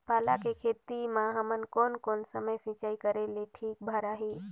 पाला के खेती मां हमन कोन कोन समय सिंचाई करेले ठीक भराही?